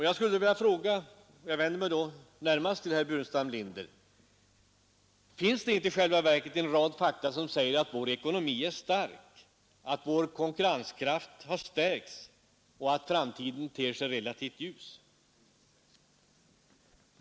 Jag skulle vilja fråga — och jag vänder mig närmast till herr Burenstam Linder: Finns det inte i själva verket en rad fakta som säger att vår ekonomi är stark, att vår konkurrenskraft har stärkts och att framtiden ter sig relativt ljus?